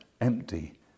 empty